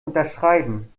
unterschreiben